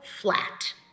flat